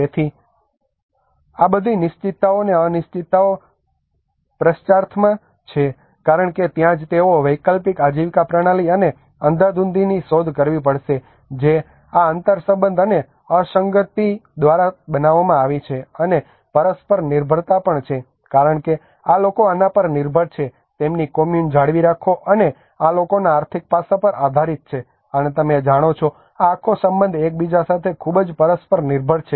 તેથી આ બધી નિશ્ચિતતાઓ અને અનિશ્ચિતતાઓ પ્રશ્નાર્થમાં છે કારણ કે ત્યાં જ તેઓને વૈકલ્પિક આજીવિકા પ્રણાલી અને અંધાધૂંધીની શોધ કરવી પડશે જે આ આંતરસંબંધ અને અસંગતિ દ્વારા બનાવવામાં આવી છે અને પરસ્પર નિર્ભરતા પણ છે કારણ કે આ લોકો આના પર નિર્ભર છે તેમની કોમ્યુન જાળવી રાખો અને આ લોકોના આર્થિક પાસા પર આધારીત છે અને તમે જાણો છો કે આ આખો સંબંધ એકબીજા સાથે ખૂબ જ પરસ્પર નિર્ભર છે